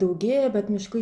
daugėja bet miškai